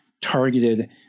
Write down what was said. targeted